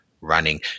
running